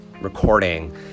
recording